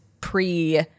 pre-